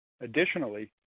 Additionally